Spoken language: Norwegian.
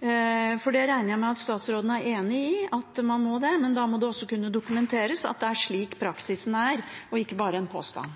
urett. Det regner jeg med at statsråden er enig i at man må. Men da må det også kunne dokumenteres at det er slik praksisen er, og ikke bare en påstand.